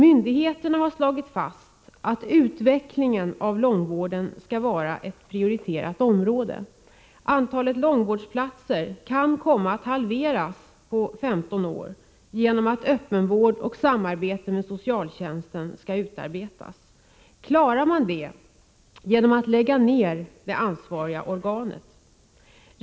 Myndigheterna har slagit fast att utvecklingen av långvården skall prioriteras. Antalet långvårdsplatser kan komma att halveras på 15 år genom att bestämmelser om öppen vård och samarbete med socialtjänsten skall utarbetas. Klarar man det genom att lägga ned det ansvariga organet?